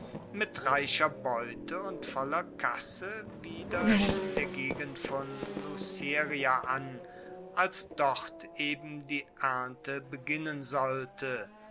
mit reicher beute und voller kasse wieder in der gegend von luceria an als dort eben die ernte beginnen sollte